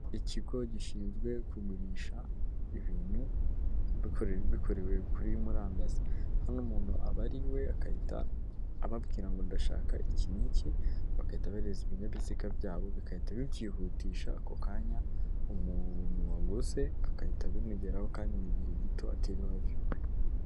Ikigo gishinzwe kugurisha ibintu bikorewe kuri murandasi; hano umuntu aba ari iwe akahita ababwira ngo ndashaka iki n'iki, bagahita bahereza ibinyabiziga byabo bigahita bibyihutisha ako kanya, umuntu waguze bigahita bimugeraho kandi mu gihe gito atiriwe ava iwe.